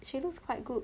she looks quite good